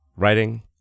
Writing